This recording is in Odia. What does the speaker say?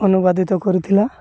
ଅନୁବାଦିତ କରିଥିଲା